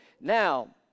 now